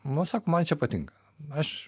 nu sako man čia patinka aš